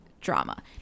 drama